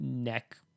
neck